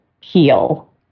heal